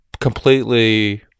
completely